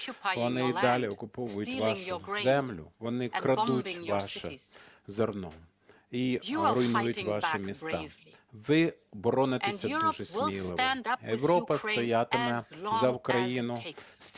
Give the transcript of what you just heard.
вони й далі окуповують вашу землю, вони крадуть ваше зерно і руйнують ваші міста. Ви боронитеся дуже сміливо. Європа стоятиме за Україну